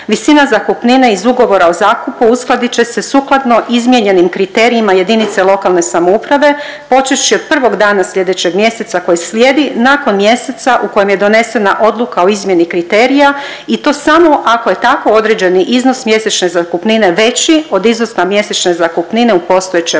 visina zakupnine iz ugovora o zakupu uskladit će se sukladno izmijenjenim kriterijima jedinice lokalne samouprave počevši od prvog dana slijedećeg mjeseca koji slijedi nakon mjeseca u kojem je donesena odluka o izmjeni kriterija i to samo ako je tako određeni iznos mjesečne zakupnine veći od iznosa mjesečne zakupnine u postojećem